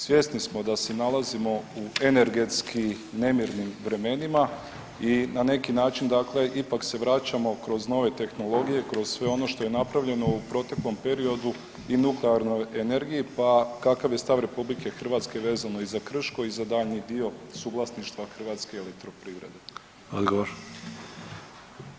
Svjesni smo da se nalazimo u energetski nemirnim vremenima i na neki način dakle ipak se vraćamo kroz nove tehnologije, kroz sve ono što je napravljeno u proteklom periodu i nuklearnoj energiji, pa kakav je stav RH vezano i za Krško i za daljnji dio suvlasništva HEP-a?